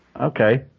Okay